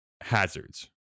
hazards